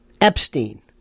Epstein